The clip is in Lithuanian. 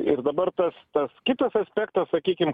ir dabar tas tas kitas aspektas sakykim